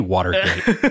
Watergate